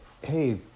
hey